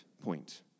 point